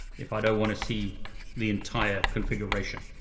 if i don't want to see the entire configuration.